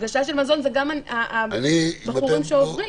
הגשה של מזון זה גם הבחורים שעוברים.